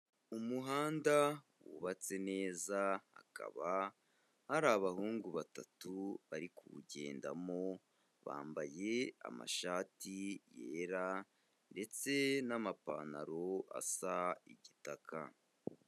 Umuhanda wubatse neza hakaba hari abahungu batatu bari kuwugendamo, bambaye amashati yera ndetse n'amapantaro asa igitaka.